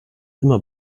immer